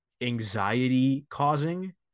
anxiety-causing